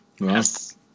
Yes